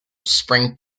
spring